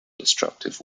destructive